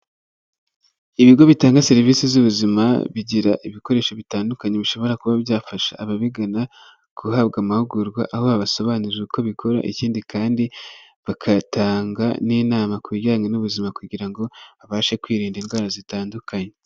Ibigo bitanga serivisi z'ubuzima, bigira ibikoresho bitandukanye bishobora kuba byafasha ababigana guhabwa amahugurwa, aho babasobanurira uko bikora, ikindi kandi bakatanga n'inama ku bijyanye n'ubuzima kugira ngo babashe kwirinda indwara zitandukanye.